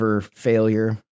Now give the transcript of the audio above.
failure